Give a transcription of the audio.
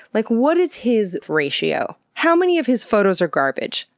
like what is his ratio? how many of his photos are garbage?